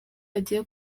agiye